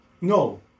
No